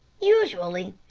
usually.